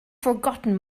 forgotten